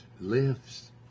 lives